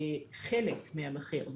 בחלק מהמחיר,